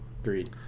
Agreed